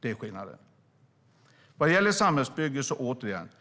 Det är skillnaden. Vad gäller samhällsbygge vill jag återigen säga följande.